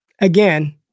Again